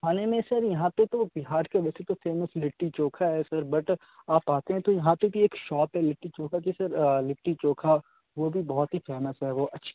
کھانے میں سر یہاں پہ تو بہار کے ویسے تو فیمس لٹی چوکھا ہے سر بٹ آپ آتے ہیں تو یہاں پہ بھی ایک شاپ ہے لٹی چوکھا کی سر لٹی چوکھا وہ بھی بہت ہی فیمس ہے وہ اچھی